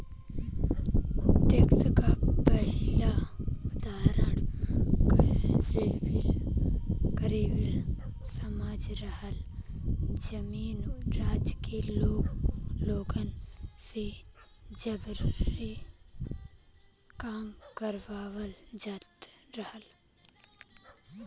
tax क पहिला उदाहरण कोरवी समाज रहल जेमन राज्य के लोगन से जबरी काम करावल जात रहल